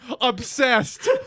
obsessed